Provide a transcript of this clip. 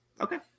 Okay